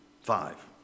Five